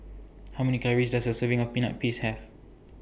How Many Calories Does A Serving of Peanut Paste Have